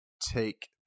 take